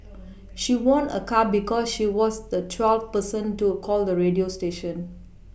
she won a car because she was the twelfth person to call the radio station